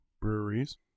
breweries